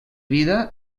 vida